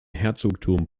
herzogtum